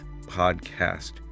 podcast